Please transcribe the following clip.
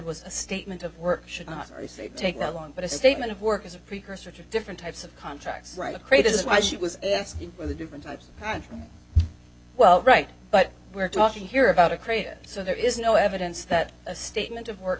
was a statement of work should not be saved take that long but a statement of work is a precursor to different types of contracts right a crate is why she was asking for the different types of pantry well right but we're talking here about a crate so there is no evidence that a statement of work